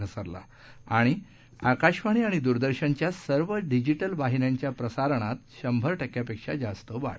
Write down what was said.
घसरला आकाशवाणी आणि दूरदर्शनच्या सर्व डिजिटल वाहिन्याच्या प्रसारणात शांधरे टक्क्यापक्षी जास्त वाढ